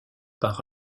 par